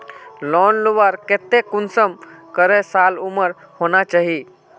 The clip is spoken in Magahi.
लोन लुबार केते कुंसम करे साल उमर होना चही?